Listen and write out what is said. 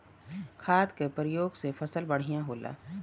खाद क परयोग से फसल बढ़िया होला